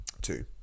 two